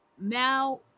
Now